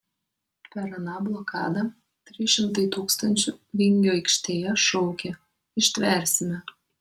per aną blokadą trys šimtai tūkstančių vingio aikštėje šaukė ištversime